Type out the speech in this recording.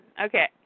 Okay